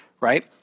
Right